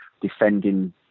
defending